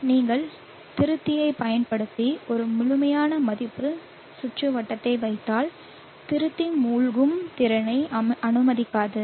நீங்கள் திருத்தியைப் பயன்படுத்தி ஒரு முழுமையான மதிப்பு சுற்றுவட்டத்தை வைத்தால் திருத்தி மூழ்கும் திறனை அனுமதிக்காது